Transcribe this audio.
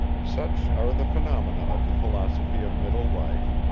such are the phenomena of the philosophy of middle life,